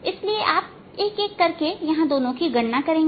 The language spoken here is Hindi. इसलिए आप एक एक करके यहां दोनों की गणना करेंगे